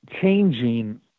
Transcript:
Changing